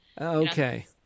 Okay